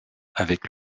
avec